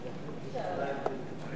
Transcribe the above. נתקבלה.